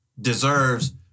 deserves